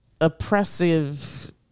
oppressive